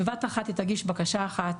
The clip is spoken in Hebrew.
בבת אחת היא תגיש בקשה אחת,